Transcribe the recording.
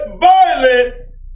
violence